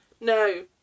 No